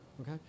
okay